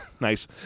nice